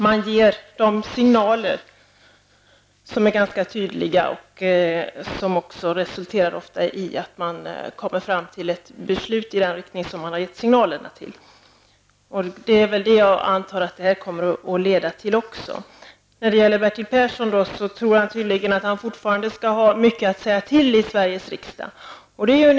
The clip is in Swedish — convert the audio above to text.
Man ger ganska tydliga signaler som ofta resulterar i ett beslut som går i samma riktning som signalerna. Jag antar att så kommer att ske också i det här fallet. Det är intressant att Bertil Persson tydligen tror att han fortfarande kommer att ha mycket att säga till om i Sveriges riksdag.